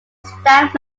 staff